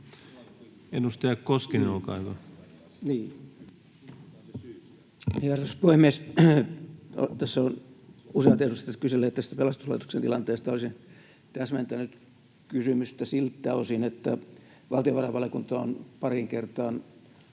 Content: Arvoisa puhemies! Tässä ovat useat edustajat kyselleet tästä pelastuslaitoksen tilanteesta. Olisin täsmentänyt kysymystä siltä osin, että valtiovarainvaliokunta on pariin kertaan